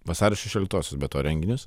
vasario šešioliktosios be to renginius